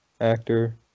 actor